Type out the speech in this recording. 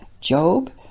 Job